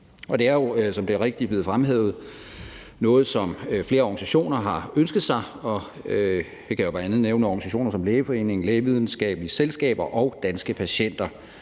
Det er jo, som det rigtigt er blevet fremhævet, noget, som flere organisationer har ønsket sig, og der kan jeg bl.a. nævne organisationer som Lægeforeningen, Lægevidenskabelige Selskaber og Danske Patienter.